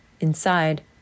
inside